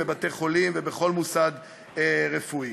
בתי-חולים וכל מוסד רפואי.